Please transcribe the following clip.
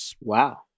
Wow